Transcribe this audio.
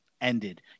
ended